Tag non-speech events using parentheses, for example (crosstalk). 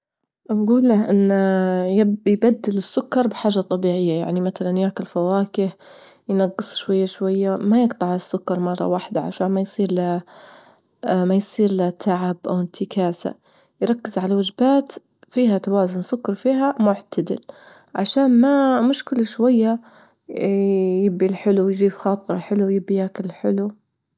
خيرك يا بنت؟ خليني نكمل شغلي توا، بعدين عادي نحكي معاكي يعني، لو سمحتي شوية بس نكمل خدمتي ونجيك. (noise)